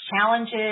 challenges